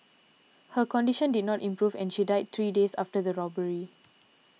her condition did not improve and she died three days after the robbery